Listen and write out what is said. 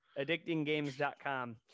addictinggames.com